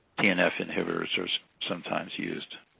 tnf inhibitors are sometimes used.